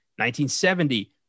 1970